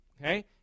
Okay